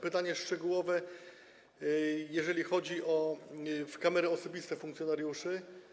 Pytanie szczegółowe, jeżeli chodzi o kamery osobiste funkcjonariuszy.